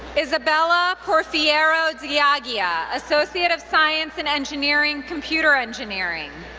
isabela porfirio de aguiar, associate of science in engineering, computer engineering.